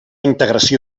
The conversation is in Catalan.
integració